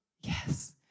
Yes